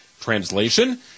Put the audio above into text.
Translation